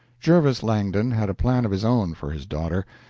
jervis langdon had a plan of his own for his daughter,